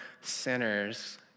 sinners